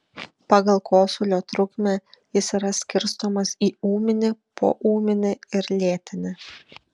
pagal kosulio trukmę jis yra skirstomas į ūminį poūmį ir lėtinį